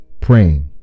praying